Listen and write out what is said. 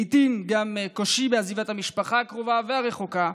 לעיתים גם קושי בעזיבת המשפחה הקרובה והרחוקה,